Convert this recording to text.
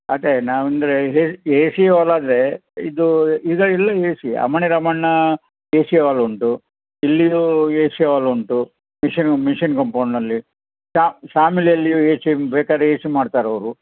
ಅದೇ ನಾವು ಅಂದರೆ ಎ ಎ ಸಿ ಹಾಲಾದರೆ ಇದು ಇದು ಎಲ್ಲ ಎ ಸಿ ಅಮಣಿ ರಾಮಣ್ಣ ಎ ಸಿ ಹಾಲ್ ಉಂಟು ಇಲ್ಲಿಯೂ ಎ ಸಿ ಹಾಲ್ ಉಂಟು ಮಿಷಿನ್ ಮಿಷಿನ್ ಕಂಪೋಂಡ್ನಲ್ಲಿ ಶಾ ಶಾಮಿಲಿಯಲ್ಲಿಯು ಎ ಸಿ ಬೇಕಾರೆ ಎ ಸಿ ಮಾಡ್ತಾರೆ ಅವರು